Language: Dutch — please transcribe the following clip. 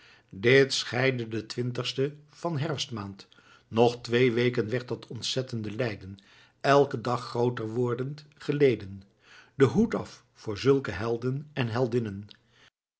dit geschiedde den twintigsten van herfstmaand nog twee weken werd dat ontzettende lijden elken dag grooter wordend geleden den hoed af voor zulke helden en heldinnen